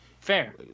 Fair